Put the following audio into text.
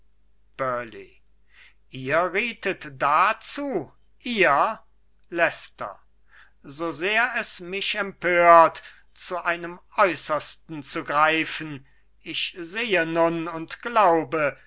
ihr rietet dazu ihr leicester so sehr es mich empört zu einem außersten zu greifen ich sehe nun und glaube